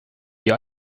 wie